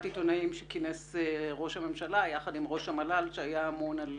עיתונאים שכינס ראש הממשלה יחד עם ראש המל"ל שהיה אמון על